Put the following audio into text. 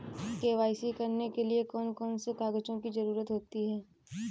KYC करने के लिए कौन कौन से कागजों की जरूरत होती है?